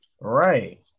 right